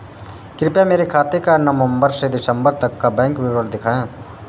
कृपया मेरे खाते का नवम्बर से दिसम्बर तक का बैंक विवरण दिखाएं?